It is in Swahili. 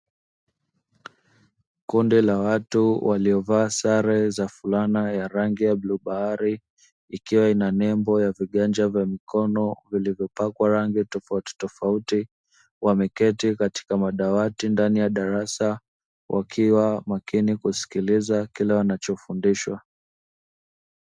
Kundi la watu waliovaa sare za fulana ya rangi ya bluu bahari ikiwa na nembo ya viganja vya mikono vilivyopakwa rangi tofautitofauti, wameketi katika madawati ndani ya darasa wakiwa makini kusikiliza kile wanachofundishwa.